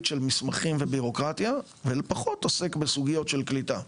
של מסמכים ובירוקרטיה ופחות עוסק בסוגיות של קליטה.